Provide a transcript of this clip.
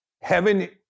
Heaven